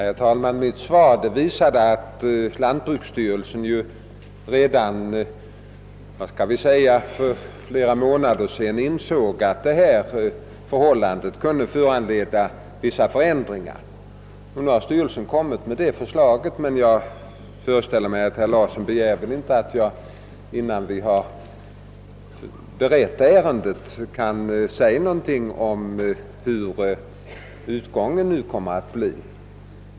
Herr talman! Mitt svar visade att lantbruksstyrelsen redan för flera månader sedan insåg att detta förhållande kunde föranleda vissa förändringar. Nu har styrelsens förslag kommit, men jag föreställer mig att herr Larsson i Borrby inte begär att jag skall säga någonting om vad som skall ske vid en övergång innan ärendet hunnit beredas.